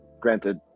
Granted